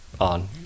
on